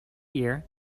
year